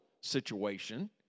situation